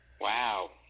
Wow